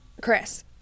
Chris